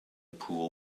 pool